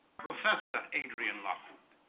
professor adrian lockwood